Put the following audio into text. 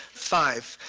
five,